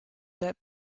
that